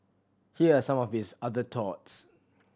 here are some of his other thoughts